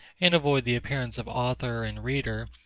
and avoid the appearance of author and reader,